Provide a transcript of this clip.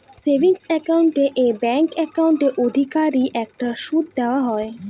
savings account এ bank account অধিকারীদের একটা সুদ দেওয়া হয়